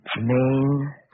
Main